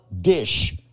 dish